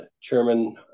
chairman